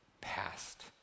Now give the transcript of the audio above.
past